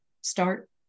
start